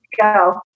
go